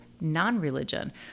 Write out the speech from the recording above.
non-religion